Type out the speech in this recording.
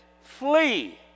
Flee